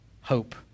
hope